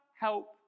help